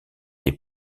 est